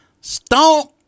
Stomp